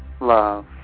love